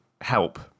help